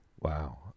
Wow